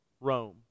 Rome